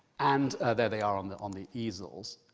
and there they are on the on the easels,